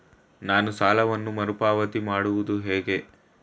ನಾನು ಸಾಲವನ್ನು ಮರುಪಾವತಿ ಮಾಡುವುದು ಹೇಗೆ?